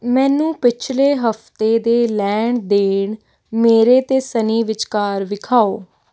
ਮੈਨੂੰ ਪਿਛਲੇ ਹਫ਼ਤੇ ਦੇ ਲੈਣ ਦੇਣ ਮੇਰੇ ਅਤੇ ਸਨੀ ਵਿਚਕਾਰ ਵਿਖਾਉ